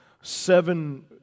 seven